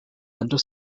under